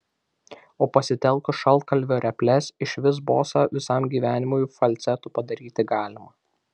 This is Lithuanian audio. o pasitelkus šaltkalvio reples išvis bosą visam gyvenimui falcetu padaryti galima